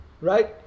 right